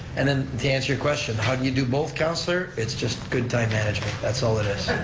and then to answer your question, how do you do both, councilor? it's just good time management, that's all it is.